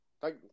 Thank